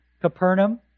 Capernaum